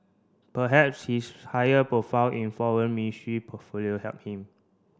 perhaps his higher profile in Foreign Ministry portfolio helped him